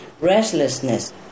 restlessness